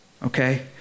Okay